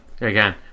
again